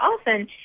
often